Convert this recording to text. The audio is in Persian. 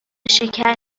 شکر